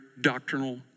doctrinal